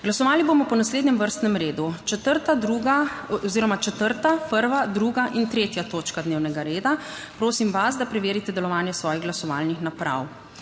Glasovali bomo po naslednjem vrstnem redu: 4., 1., 2. in 3. točka dnevnega reda. Prosim vas, da preverite delovanje svojih glasovalnih naprav.